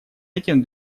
этим